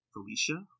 Felicia